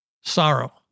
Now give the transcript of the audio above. sorrow